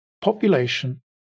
Population